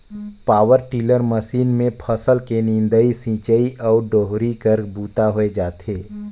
power tiller machine मे फसल के निंदई, सिंचई अउ डोहरी कर बूता होए जाथे